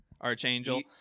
archangel